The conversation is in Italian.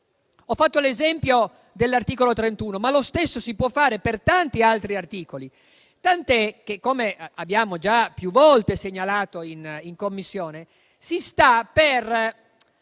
Ho fatto l'esempio dell'articolo 31, ma lo stesso si può fare per tanti altri articoli, tant'è vero che - come abbiamo già più volte segnalato in Commissione - si sta per